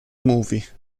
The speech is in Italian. movie